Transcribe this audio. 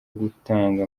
gutanga